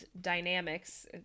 dynamics